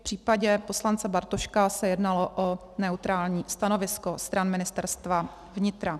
V případě poslance Bartoška se jednalo o neutrální stanovisko stran Ministerstva vnitra.